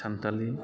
सानथालि